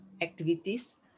activities